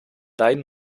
lijn